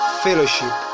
fellowship